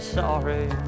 sorry